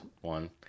one